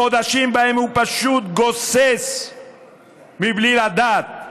חודשים שבהם הוא פשוט גוסס מבלי לדעת,